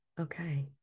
okay